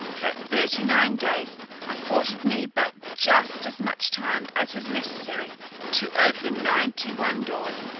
that thirty-nine days afforded me but just as much time as was necessary to open ninety-nine doors,